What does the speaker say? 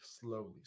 slowly